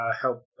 help